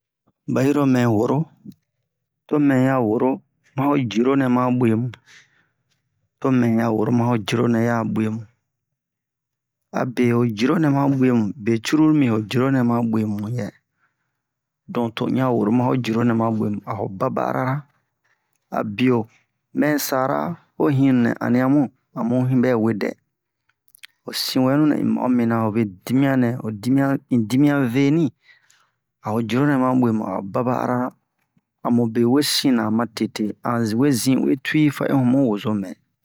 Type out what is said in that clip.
Ba yiro mɛ woro to mɛya woro ma ho jiro nɛ ma bwe mu to mɛya woro ma ho jiro nɛ ma bwe mu abe ho jiro nɛ ma bwe mu be cururu mi ho jiro nɛ ma bwe mu yɛ don to un ya a woro ma ho jiro nɛ ma bwe mu aro baba ara a biyo mɛ sara ho hinu nɛ ani'a mu amu hini bɛ we dɛ ho sinwɛnu nɛ un ma'o mina hobe dimiyan nɛ ho dimiyan un dimiyan veni a'o jiro nɛ ma bwe mu a ho baba ara amu be wesina ma tete a un we zi'uwe tuyi fa in humu wozomɛ